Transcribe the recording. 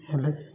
ହେଲେ